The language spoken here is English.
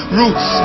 roots